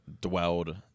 dwelled